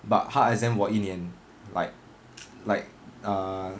but 它 exempt 我一年 like like err